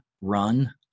run